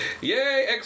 Yay